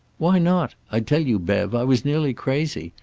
why not? i tell you, bev, i was nearly crazy.